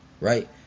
Right